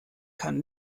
kann